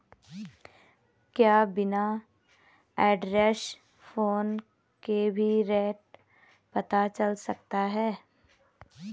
क्या बिना Android phone के भी रेट पता चल सकता है?